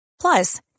Plus